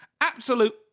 absolute